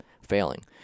failing